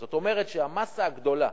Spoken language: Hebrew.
זאת אומרת שהמאסה הגדולה